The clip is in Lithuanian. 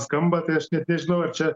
skamba tai aš net nežinau ar čia